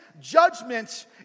judgment